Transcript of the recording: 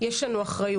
יש לנו אחריות.